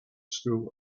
school